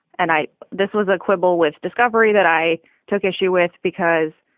and i this was a quibble with discovery that i took issue with because,